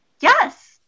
Yes